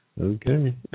okay